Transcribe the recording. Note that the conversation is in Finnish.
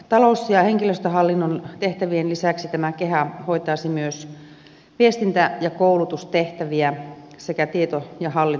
talous ja henkilöstöhallinnon tehtävien lisäksi keha hoitaisi myös viestintä ja koulutustehtäviä sekä tietohallintopalveluja